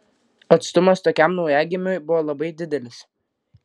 atstumas tokiam naujagimiui buvo labai didelis